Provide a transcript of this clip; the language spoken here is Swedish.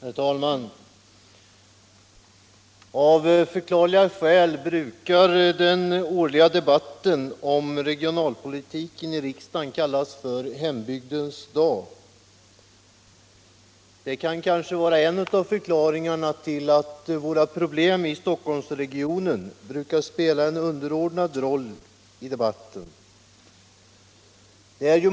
Herr talman! Av förklarliga skäl brukar den årliga debatten i riksdagen om regionalpolitiken kallas för hembygdens dag. Detta kan vara en av förklaringarna till att problemen i Stockholmsregionen brukar spela en underordnad roll i debatten.